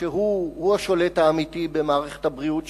שהוא השולט האמיתי במערכת הבריאות שלנו,